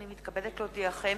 אני מתכבדת להודיעכם,